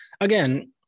again